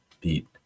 beat